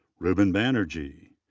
ruben banerjee.